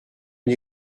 une